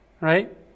Right